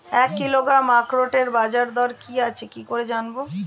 এক কিলোগ্রাম আখরোটের বাজারদর কি আছে কি করে জানবো?